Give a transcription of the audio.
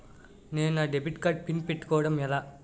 నేను నా debit card PIN పెట్టుకోవడం ఎలా?